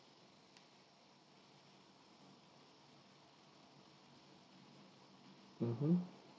mmhmm